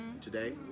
today